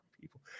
people